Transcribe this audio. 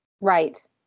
Right